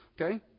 Okay